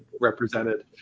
represented